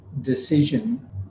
decision